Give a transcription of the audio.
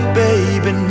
baby